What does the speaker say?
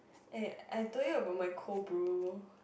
eh I told you about my cold brew